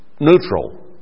neutral